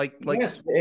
yes